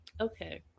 okay